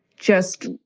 just